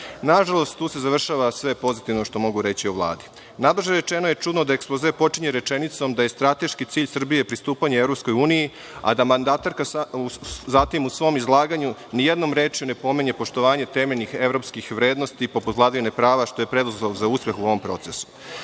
tu se završava sve pozitivno što mogu reći o Vladi. Najblaže je rečno da ekspoze počinje rečenicom da je strateški cilj Srbije pristupanje EU, a da mandatarka zatim u svom izlaganju ni jednom rečju ne pominje poštovanje temeljnih evropskih vrednosti, poput vladavine prava, što je preduslov za uspeh u ovom procesu.